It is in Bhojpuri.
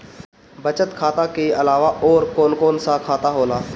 बचत खाता कि अलावा और कौन कौन सा खाता होला?